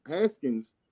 haskins